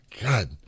God